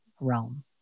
realm